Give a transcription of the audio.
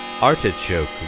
Artichoke